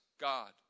god